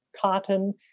cotton